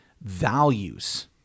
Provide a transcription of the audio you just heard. values